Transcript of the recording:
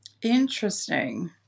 Interesting